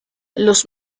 los